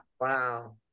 Wow